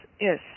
yes